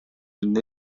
une